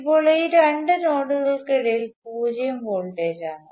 ഇപ്പോൾ ഈ രണ്ട് നോഡുകൾക്കിടയിൽ പൂജ്യം വോൾട്ടേജ് ആണ്